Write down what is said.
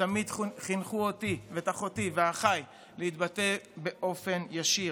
תמיד חינכו אותי ואת אחותי ואחיי להתבטא באופן ישיר,